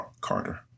Carter